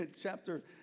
chapter